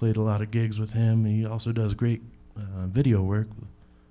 played a lot of gigs with him he also does great video work